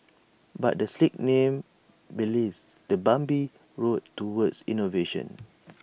but the slick name belies the bumpy road towards innovation